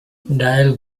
dial